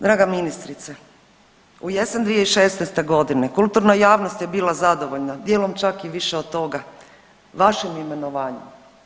Draga ministrice u jesen 2016. godine kulturna javnost je bila zadovoljna, dijelom čak i više od toga vašim imenovanjem.